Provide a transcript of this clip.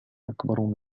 أكبر